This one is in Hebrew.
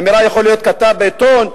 אמירה יכולה להיות של כתב בעיתון,